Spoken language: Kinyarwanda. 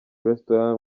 restaurant